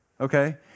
okay